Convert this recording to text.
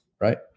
right